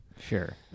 sure